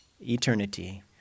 eternity